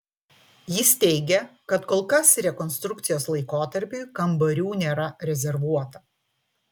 jis teigia kad kol kas rekonstrukcijos laikotarpiui kambarių nėra rezervuota